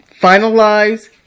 finalize